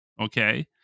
okay